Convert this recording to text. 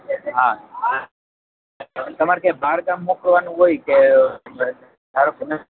હા તમારે ક્યાંય બાર ગામ મોકલવાનું હોય કે ધારો કે